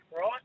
Right